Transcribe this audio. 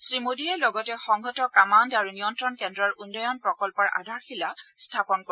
শ্ৰীমোডীয়ে লগতে সংহত কামাণ্ড আৰু নিয়ন্ত্ৰণ কেন্দ্ৰৰ উন্নয়ন প্ৰকন্নৰ আধাৰশিলা স্থাপন কৰিব